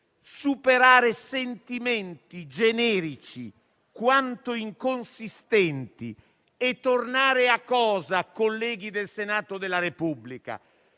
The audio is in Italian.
superare sentimenti generici, quanto inconsistenti, e tornare, colleghi del Senato della Repubblica,